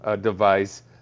device